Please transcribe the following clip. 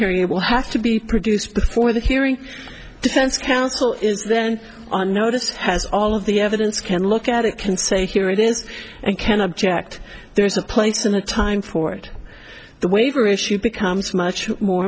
hearing it will have to be produced before the hearing defense counsel is then on notice has all of the evidence can look at it can say here it is and can object there's a place in a time for it the waiver issue becomes much more